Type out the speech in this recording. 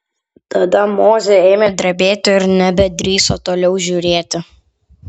tada mozė ėmė drebėti ir nebedrįso toliau žiūrėti